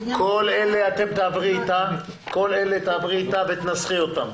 כל אלה תעברי איתה ותנסחי אותם.